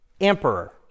emperor